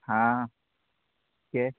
হ্যাঁ কে